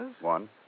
One